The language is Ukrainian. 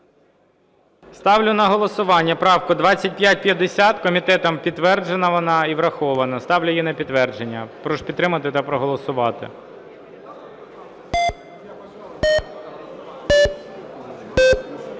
Ставлю на голосування правку 2550. Комітетом підтверджена вона і врахована. Ставлю її на підтвердження. Прошу підтримати та проголосувати.